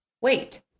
wait